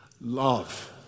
love